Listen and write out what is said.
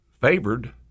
favored